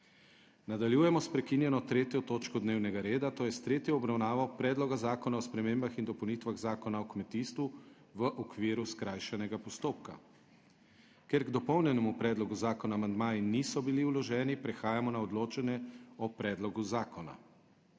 **Nadaljujemo s** **prekinjeno 3. točko dnevnega reda, to je s tretjo obravnavo Predloga zakona o spremembah in dopolnitvah Zakona o kmetijstvu v okviru skrajšanega postopka**. Ker k dopolnjenemu predlogu zakona amandmaji niso bili vloženi, prehajamo na odločanje o predlogu zakona.